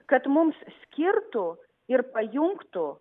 kad mums skirtų ir pajungtų